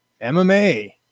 MMA